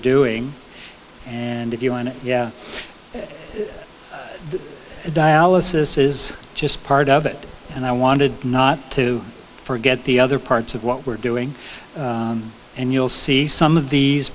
doing and if you and yeah dialysis is just part of it and i wanted not to forget the other parts of what we're doing and you'll see some of these